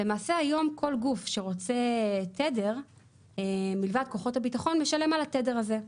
למעשה היום כל גוף שרוצה תדר מלבד כוחות הביטחון משלם על התדר הזה,